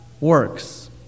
works